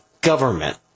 government